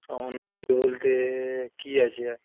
বলতে কি আছে আর